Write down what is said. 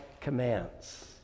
commands